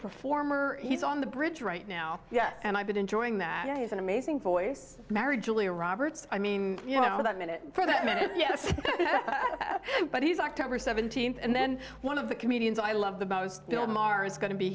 performer he's on the bridge right now and i've been enjoying that he's an amazing voice mary julia roberts i mean you know that minute for that minute yes but he's october seventeenth and then one of the comedians i love the most of them are is going to be